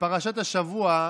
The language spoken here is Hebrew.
בפרשת השבוע,